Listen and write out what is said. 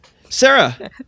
Sarah